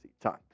time